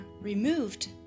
removed